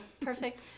perfect